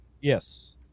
yes